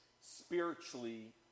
spiritually